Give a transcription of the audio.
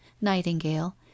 nightingale